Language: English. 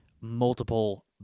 multiple